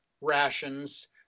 rations